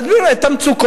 להסביר את המצוקות,